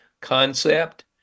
concept